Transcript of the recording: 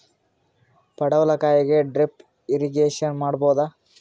ಪಡವಲಕಾಯಿಗೆ drip irrigation ಮಾಡಬೋದ?